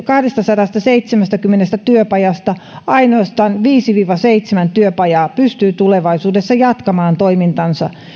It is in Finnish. kahdestasadastaseitsemästäkymmenestä työpajasta ainoastaan viisi viiva seitsemän työpajaa pystyy tulevaisuudessa jatkamaan toimintaansa